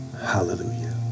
Hallelujah